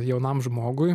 jaunam žmogui